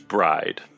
Bride